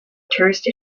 tourist